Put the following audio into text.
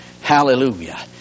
Hallelujah